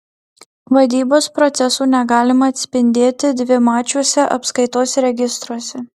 vadybos procesų negalima atspindėti dvimačiuose apskaitos registruose